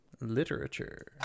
Literature